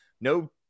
no